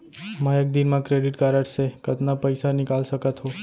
मैं एक दिन म क्रेडिट कारड से कतना पइसा निकाल सकत हो?